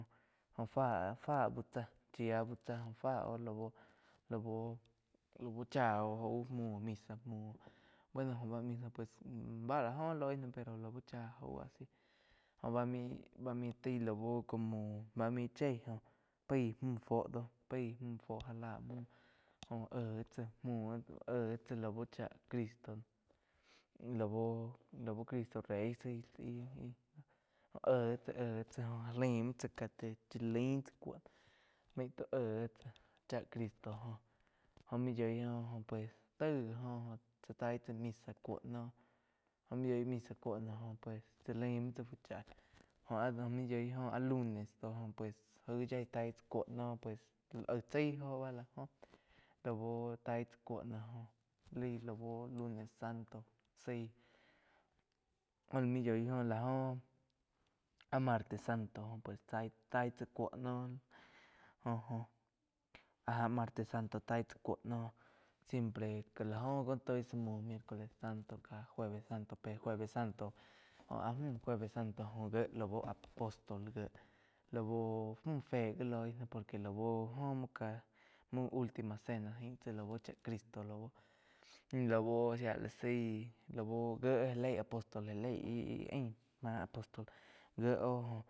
Jo fa, fá úh chá chía úh tsá fá óh lau-lau-lau chá oh jaú muo misa muo bueno jo bá isa pues báh lá jo loí náh pero laú chá jau asi jóh bá main, ba main tai lau bá mai chieh jo ái müh fuo doh. Pai múh fuo já lah joh éh tsá múo éhh tsá lau chá Cristo lau-lau cristo rey jo éhh, éhh tsia ja lain tsá ká tai chá laim muo tsá cuo maí tó éhh chá crsito joh múh yói joh pues taíg la óh chá taí tsá misa cúo jo múh yoi misa cúo tsá lain tsá fu cháh joh áh maí yói joh áh lunes do pues jaí yaí taí kúo noh pues aíh chái na oh bá náh laú taí chá cúo lai lau lunes santo sai. Jó muo yói oh áh martes santo taí tsá cúo noh jo-jo áh martes santo taí tsá cúo noh siempre ká lá oh gi tói zá múo miércoles santo ká jueves santo pe jueves santo óh áh müh jueves santo óh gié lau apostol gíe lau müh fé gi loi náh por que buo oh muh ka ultima cena lau chá cristo laú shía la zaí lau gíe gá leí apóstoles íh-íh ain máh apostol gié oh jóh.